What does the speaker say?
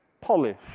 Polish